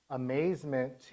amazement